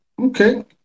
okay